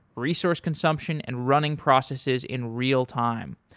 resource consumption and running processes in real-time.